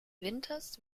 winters